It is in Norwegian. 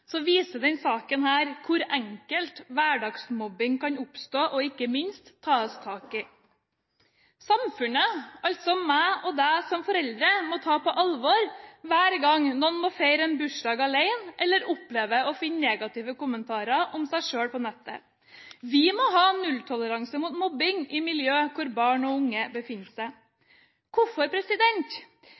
så slemme, viser denne saken hvor enkelt hverdagsmobbing kan oppstå og ikke minst tas tak i. Samfunnet, altså meg og deg som foreldre, må ta på alvor hver gang noen må feire en bursdag alene eller opplever å finne negative kommentarer om seg selv på nettet. Vi må ha nulltoleranse mot mobbing i miljøer hvor barn og unge befinner seg. Hvorfor?